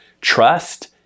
trust